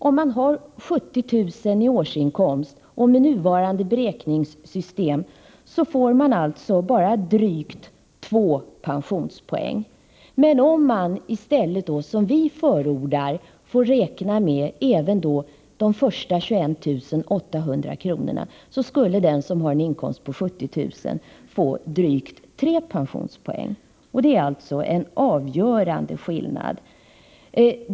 Om man har 70 000 kr. i årsinkomst, får man alltså, med nuvarande beräkningssystem, bara drygt två pensionspoäng. Men om man i stället — något som vi förordar — får räkna med även de första 21 800 kronorna, skulle den som har en inkomst på 70 000 kr. få drygt tre pensionspoäng. Det är alltså en avgörande skillnad.